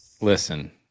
Listen